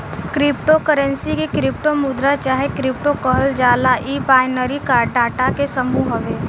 crypto currency के crypto मुद्रा चाहे क्रिप्टो कहल जाला इ बाइनरी डाटा के समूह हवे